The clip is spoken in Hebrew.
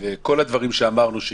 כל הדברים שאמרנו שיקרו,